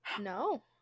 no